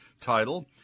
title